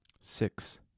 six